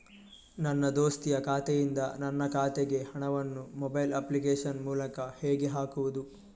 ನನ್ನ ದೋಸ್ತಿಯ ಖಾತೆಯಿಂದ ನನ್ನ ಖಾತೆಗೆ ಹಣವನ್ನು ಮೊಬೈಲ್ ಅಪ್ಲಿಕೇಶನ್ ಮೂಲಕ ಹೇಗೆ ಹಾಕುವುದು?